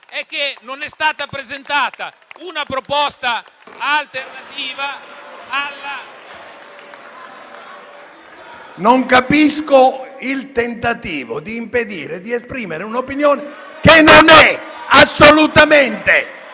è che non è stata presentata una proposta alternativa. PRESIDENTE. Non capisco il tentativo di impedire di esprimere un'opinione che non è assolutamente